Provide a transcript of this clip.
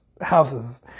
houses